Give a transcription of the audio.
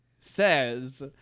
says